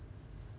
!wah! you okay not